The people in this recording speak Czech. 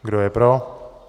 Kdo je pro?